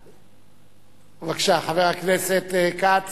בבקשה, חבר הכנסת כץ,